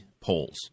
polls